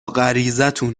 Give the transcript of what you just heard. غریزتون